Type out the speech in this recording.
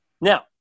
Now